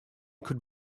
could